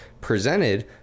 presented